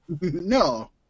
No